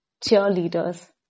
cheerleaders